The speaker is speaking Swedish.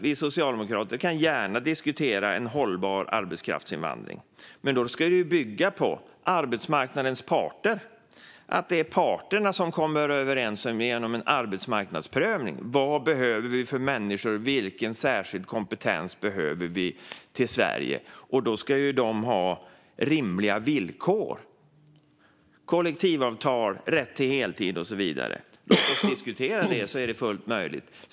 Vi socialdemokrater kan gärna diskutera en hållbar arbetskraftsinvandring, men då ska det bygga på att det är arbetsmarknadens parter som kommer överens genom en arbetsmarknadsprövning - vilka människor behövs, och vilken särskild kompetens behöver komma till Sverige? Dessa människor ska ha rimliga villkor, kollektivavtal, rätt till heltid och så vidare. Låt oss diskutera detta - då är det fullt möjligt.